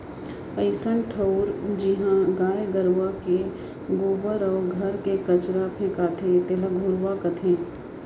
अइसन ठउर जिहॉं गाय गरूवा के गोबर अउ घर के कचरा फेंकाथे तेला घुरूवा कथें